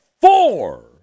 four